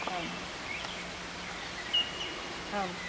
आम् आम्